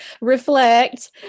reflect